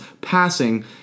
passing